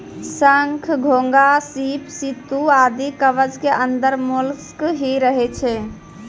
शंख, घोंघा, सीप, सित्तू आदि कवच के अंदर मोलस्क ही रहै छै